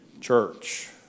church